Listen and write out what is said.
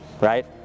right